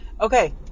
Okay